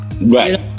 Right